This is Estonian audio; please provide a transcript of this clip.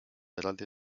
eraldi